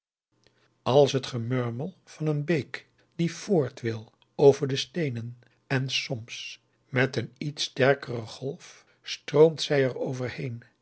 als het gemurmel van een beek die voort wil over de steenen en soms met een iets sterkere golf stroomt zij er overheen